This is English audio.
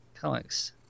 comics